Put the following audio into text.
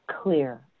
clear